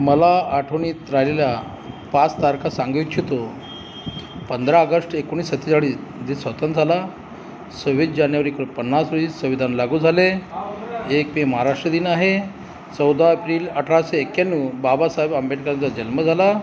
मला आठवणीत राहिलेल्या पाच तारखा सांगू इच्छितो पंधरा ऑगस्ट एकोणीसशे सत्तेचाळीस देश स्वतंत्र झाला सव्वीस जानेवारी एकोणपन्नास रोजी संविधान लागू झाले एक मे महाराष्ट्र दिन आहे चौदा एप्रिल अठराशे एक्याण्णव बाबासाहेब आंबेडकरांचा जन्म झाला